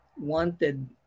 wanted